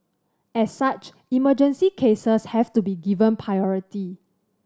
as such emergency cases have to be given priority